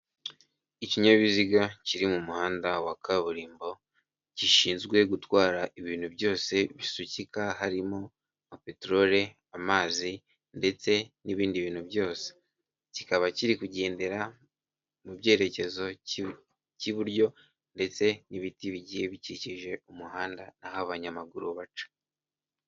Ikinyabiziga kiri mu muhanda wa kaburimbo gishinzwe gutwara ibintu byose bisukika harimo peterole, amazi ndetse n'ibindi bintu byose, kikaba kiri kugendera mu byerekezo cy'iburyo ndetse n'ibiti bigiye bikikije umuhanda aho abanyamaguru baca.